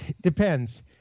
depends